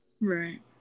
Right